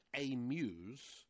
amuse